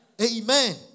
Amen